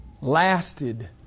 lasted